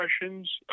questions